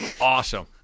awesome